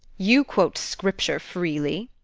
you quote scripture freely.